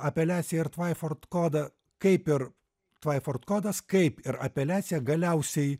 apeliaciją ir tvaiford kodą kaip ir tai tvaiford kodas kaip ir apeliacija galiausiai